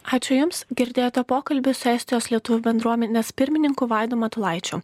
ačiū jums girdėjote pokalbį su estijos lietuvių bendruomenės pirmininku vaidu matulaičiu